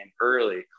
early